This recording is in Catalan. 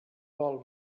vol